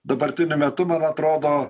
dabartiniu metu man atrodo